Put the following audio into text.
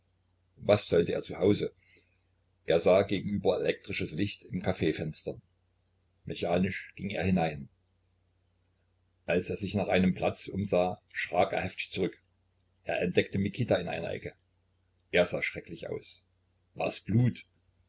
was sollte er zu hause er sah gegenüber elektrisches licht in caf fenstern mechanisch ging er hinein als er sich nach einem platz umsah schrak er heftig zurück er entdeckte mikita in einer ecke er sah schrecklich aus war es blut